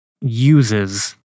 uses